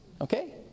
okay